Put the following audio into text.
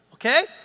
Okay